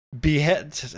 Behead